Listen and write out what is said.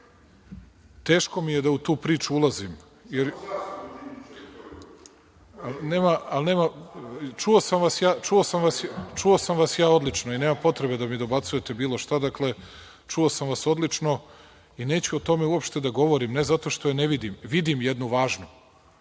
ako je imao?)Čuo sam vas ja odlično i nema potrebe da mi dobacujete bilo šta. Dakle, čuo sam vas odlično i neću o tome uopšte da govorim, ne zato što je ne vidim, vidim jednu važnu.